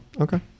Okay